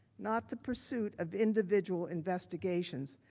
not the pursuit of individual investigations,